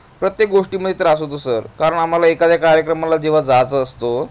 प्रत्येक गोष्टीमध्ये त्रास होतो सर कारण आम्हाला एखाद्या कार्यक्रमाला जेव्हा जायचं असतो